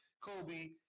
Kobe